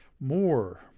more